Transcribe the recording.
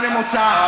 לא למוצא,